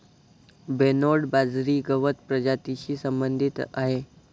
Bernard बाजरी गवत प्रजातीशी संबंधित आहे